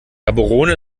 gaborone